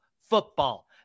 football